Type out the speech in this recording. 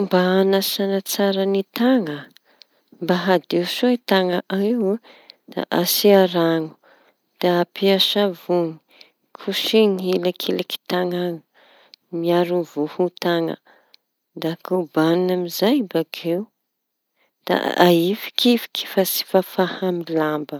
Ny fomba hañasaña tsara ny taña mba adio soa i taña io. Asia raño da ampia savoñy, kosehiñy ny elakelaky taña miaro vohon-taña da kobañina amy zay bakeo da ahifikifiky fa tsy fafa amy lamba.